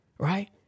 Right